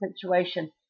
situation